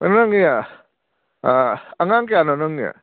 ꯑ ꯅꯪꯒꯤ ꯑꯉꯥꯡ ꯀꯌꯥꯅꯣ ꯅꯪꯒꯤ